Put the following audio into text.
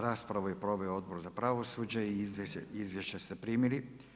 Raspravu je proveo Odbor za pravosuđe i izvješće ste primili.